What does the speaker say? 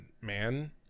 man